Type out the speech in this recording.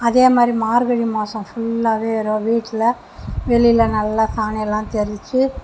அதேமாதிரி மார்கழி மாதம் ஃபுல்லாகவே எதோ வீட்டில் வெளியில் நல்லா சாணிலாம் தெளித்து